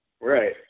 right